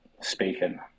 speaking